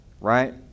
right